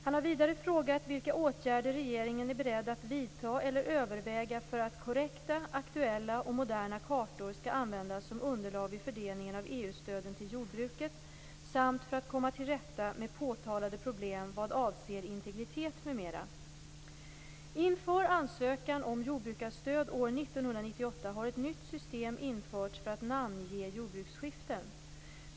Han har vidare frågat vilka åtgärder regeringen är beredd att vidta eller överväga för att korrekta, aktuella och moderna kartor skall användas som underlag vid fördelningen av EU-stöden till jordbruket samt för att komma till rätta med påtalade problem vad avser integritet m.m. Inför ansökan om jordbrukarstöd år 1998 har ett nytt system införts för att namnge jordbruksskiften.